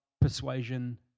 persuasion